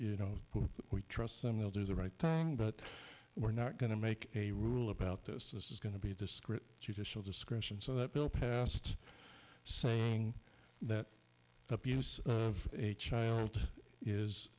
you know we trust them they'll do the right thing but we're not going to make a rule about this this is going to be discreet judicial discretion so that bill passed saying that abuse of a child is